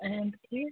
recipes